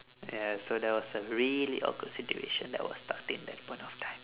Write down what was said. ya so that was a really awkward situation that I was stuck in at that point of time